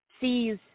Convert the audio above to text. sees